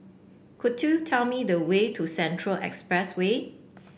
could you tell me the way to Central Expressway